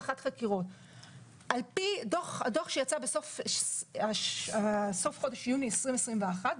על פי הדוח שיצא בסוף חודש יוני 2021,